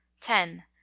ten